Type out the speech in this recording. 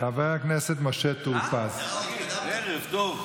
ערב טוב.